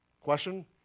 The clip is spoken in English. Question